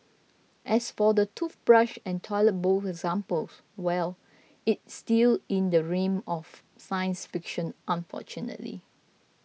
as for the toothbrush and toilet bowl examples well it's still in the realm of science fiction unfortunately